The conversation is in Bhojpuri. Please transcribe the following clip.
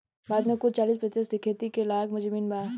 भारत मे कुल चालीस प्रतिशत खेती करे लायक जमीन बा